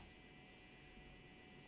okay